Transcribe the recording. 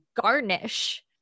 garnish